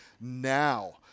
now